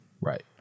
Right